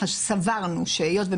שעכשיו מתחיל.